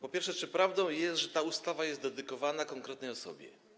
Po pierwsze, czy prawdą jest, że ta ustawa jest dedykowana konkretnej osobie?